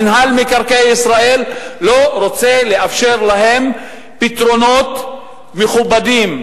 מינהל מקרקעי ישראל לא רוצים לאפשר להם פתרונות מכובדים,